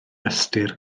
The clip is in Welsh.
ystyr